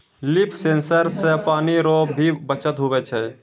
लिफ sensor से पानी रो भी बचत हुवै छै